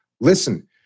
listen